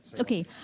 Okay